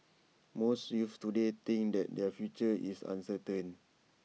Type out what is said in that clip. most youths today think that their future is uncertain